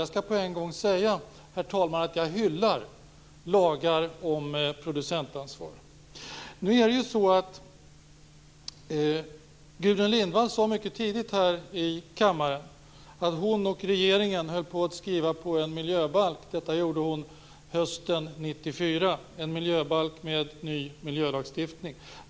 Jag skall på en gång säga att jag hyllar lagar om producentansvar. Gudrun Lindvall sade mycket tidigt här i kammaren att hon och regeringen höll på att skriva på en miljöbalk. Detta var hösten 1994, och det gällde en miljöbalk med ny miljölagstiftning.